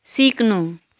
सिक्नु